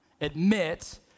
admit